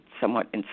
somewhat